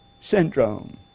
syndrome